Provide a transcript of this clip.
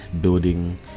building